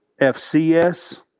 FCS